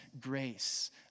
grace